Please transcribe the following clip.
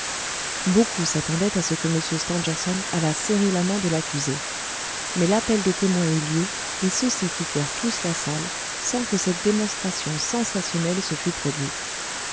beaucoup s'attendaient à ce que m stangerson allât serrer la main de l'accusé mais l'appel des témoins eut lieu et ceux-ci quittèrent tous la salle sans que cette démonstration sensationnelle se fût produite